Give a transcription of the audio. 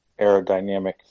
aerodynamic